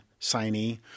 signee